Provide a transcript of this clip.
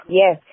yes